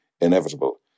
inevitable